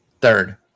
third